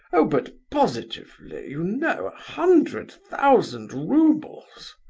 oh, but, positively, you know a hundred thousand roubles!